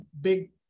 big